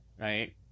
right